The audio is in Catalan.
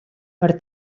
per